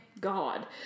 God